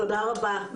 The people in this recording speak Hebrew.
תודה רבה.